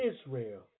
Israel